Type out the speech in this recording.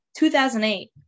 2008